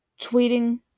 tweeting